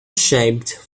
shaped